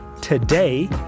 today